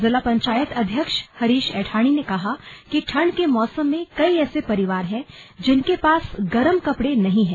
जिला पंचायत अध्यक्ष हरीश ऐठानी ने कहा कि ठंड के मौसम में कई ऐसे परिवार हैं जिनके पास गरम कपड़े नहीं हैं